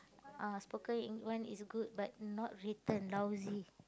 ah spoken Eng~ one is good but not written lousy